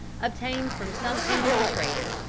obtained from some indian trader.